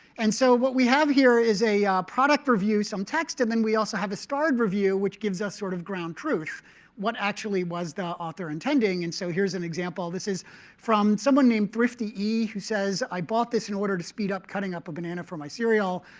and so what we have here is a product review some text, and then we also have a starred review, which gives us sort of ground truth what actually was the author intending. and so here's an example. this is from someone named thrifty e, who says, i bought this in order to speed up cutting up a banana for my cereal.